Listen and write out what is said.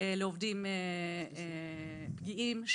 מעובדים פגיעים,